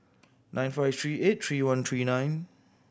nine five three eight three one three nine